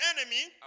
enemy